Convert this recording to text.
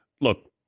Look